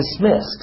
dismissed